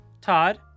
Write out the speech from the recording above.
Todd